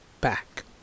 back